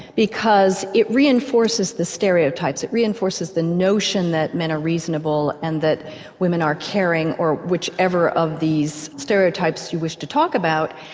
because it reinforces the stereotypes, it reinforces the notion that men are reasonable and that women are caring or whichever of these stereotypes you wish to talk about.